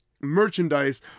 merchandise